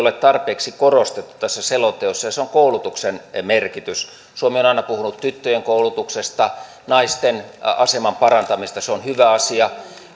ole tarpeeksi korostettu ja se on koulutuksen merkitys suomi on aina puhunut tyttöjen koulutuksesta naisten aseman parantamisesta se on hyvä asia